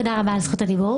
תודה רבה על זכות הדיבור.